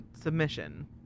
submission